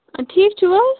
ٹھیٖک چھُو حظ